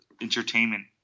entertainment